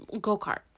go-kart